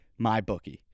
MyBookie